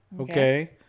okay